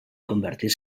convertir